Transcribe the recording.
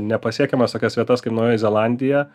nepasiekiamas tokias vietas kaip naujoji zelandija